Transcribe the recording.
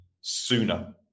sooner